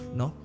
no